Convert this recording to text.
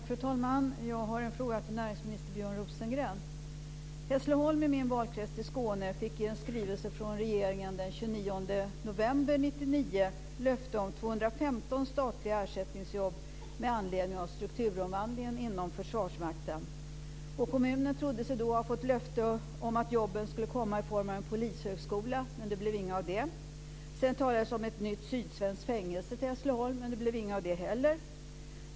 Fru talman! Jag har en fråga till näringsminister Björn Rosengren. Hässleholm i min valkrets i Skåne fick i en skrivelse från regeringen den 29 november 1999 löfte om 215 statliga ersättningsjobb med anledningen av strukturomvandlingen inom Försvarsmakten. Kommunen trodde sig då ha fått ett löfte om att jobben skulle komma i form av en polishögskola, men det blev inget av det. Sedan talades det om ett nytt sydsvenskt fängelse till Hässleholm, men det blev inget av det heller.